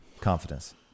Confidence